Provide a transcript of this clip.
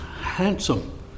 handsome